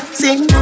sing